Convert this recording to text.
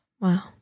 Wow